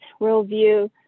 worldview